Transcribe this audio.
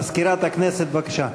מזכירת הכנסת, בבקשה.